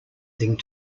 thing